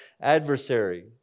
adversary